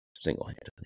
single-handedly